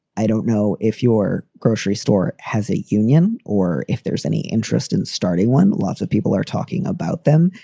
i don't know if your grocery store has a union or if there's any interest in starting one. lots of people are talking about them.